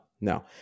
no